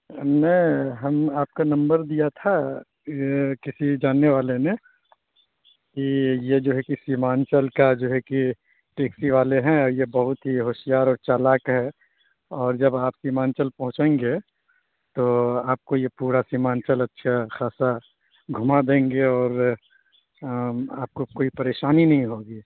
میں ہم آپ کا نمبر دیا تھا یہ کسی جاننے والے نے جی یہ جو ہے کہ سیمانچل کا جو ہے کہ ٹیکسی والے ہیں اور یہ بہت ہی ہوشیار اور چالاک ہے اور جب آپ سیمانچل پہنچیں گے تو آپ کو یہ پورا سیمانچل اچھا خاصا گھما دیں گے اور آپ کو کوئی پریشانی نہیں ہوگی